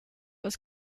was